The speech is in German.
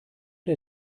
der